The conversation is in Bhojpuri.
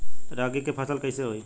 रागी के फसल कईसे होई?